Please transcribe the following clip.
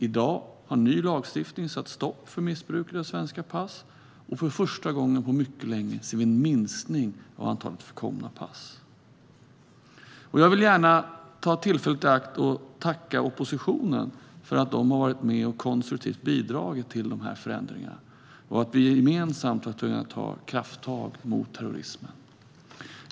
I dag har ny lagstiftning satt stopp för missbruket av svenska pass, och för första gången på mycket länge ser vi en minskning av antalet förkomna pass. Jag vill gärna ta tillfället i akt att tacka oppositionen för att den har varit med och konstruktivt bidragit till de här förändringarna och till att vi gemensamt har kunnat ta krafttag mot terrorismen.